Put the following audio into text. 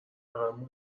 عقب